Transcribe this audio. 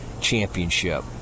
championship